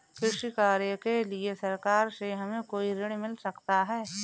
कृषि कार्य के लिए सरकार से हमें कोई ऋण मिल सकता है?